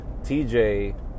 TJ